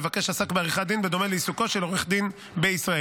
המבקש עסק בעריכת דין בדומה לעיסוקו של עורך דין בישראל.